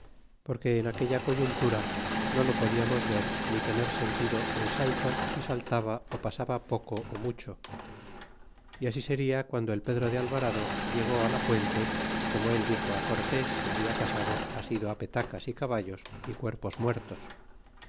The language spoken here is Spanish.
porque en aquella coyuntura no lo podiamos ver ni tener sentido en salto si saltaba ú pasaba poco ó mucho y así seria guando el pedro de alvarado llegó la puente como él dixo á cortés que habia pasado asido á petacas y caballos y cuerpos muertos